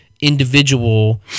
individual